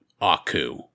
Aku